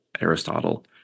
Aristotle